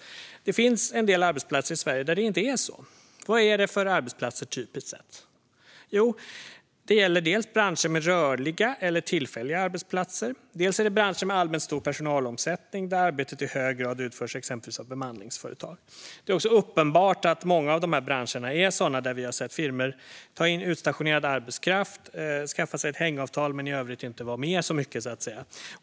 Det finns en del arbetsplatser i Sverige där det inte är så. Vad är det för arbetsplatser, typiskt sett? Jo, det gäller dels branscher med rörliga eller tillfälliga arbetsplatser, dels branscher med allmänt stor personalomsättning där arbetet i hög grad utförs exempelvis av bemanningsföretag. Det är också uppenbart att det i många av branscherna finns firmor som tar in utstationerad arbetskraft. De skaffar sig ett hängavtal men är i övrigt inte med så mycket, så att säga.